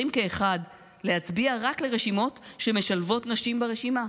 כאחד להצביע רק לרשימות שמשלבות נשים ברשימה.